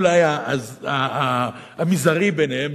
וזה אולי המזערי ביניהם,